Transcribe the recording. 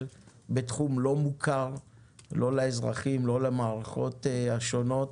בתחום לא מוכר לא לאזרחים ולא למערכות השונות,